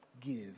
give